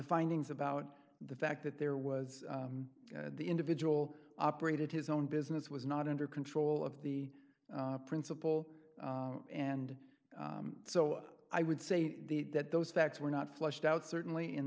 findings about the fact that there was the individual operated his own business was not under control of the principle and so i would say that those facts were not fleshed out certainly in